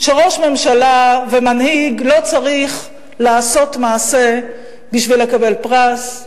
שראש ממשלה ומנהיג לא צריך לעשות מעשה בשביל לקבל פרס.